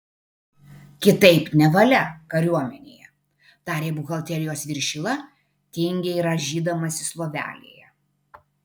kitaip nevalia kariuomenėje tarė buhalterijos viršila tingiai rąžydamasis lovelėje